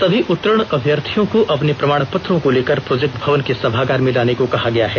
सभी उत्तीर्ण अभ्यर्थिर्यों को अपने प्रमाण पत्रों को लेकर प्रोजेक्ट भवन के सभागार में लाने को कहा गया है